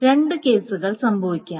രണ്ട് കേസുകൾ സംഭവിക്കാം